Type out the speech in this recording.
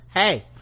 hey